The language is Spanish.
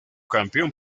campeón